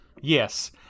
Yes